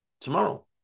tomorrow